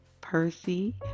Percy